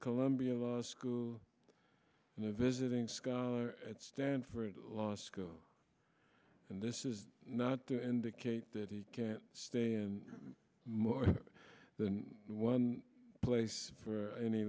columbia law school and a visiting scholar at stanford law school and this is not to indicate that he can't stay in more than one place for any